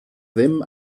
ddim